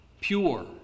pure